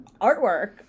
artwork